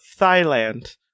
Thailand